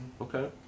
Okay